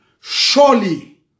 surely